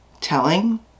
telling